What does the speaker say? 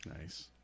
Nice